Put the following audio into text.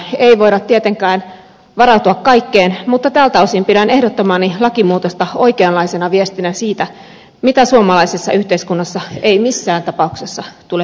lainsäädännöllä ei voida tietenkään varautua kaikkeen mutta tältä osin pidän ehdottamaani lakimuutosta oikeanlaisena viestinä siitä mitä suomalaisessa yhteiskunnassa ei missään tapauksessa tule hyväksyä